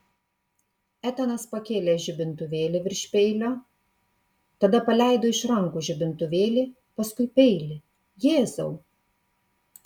etanas pakėlė žibintuvėlį virš peilio tada paleido iš rankų žibintuvėlį paskui peilį jėzau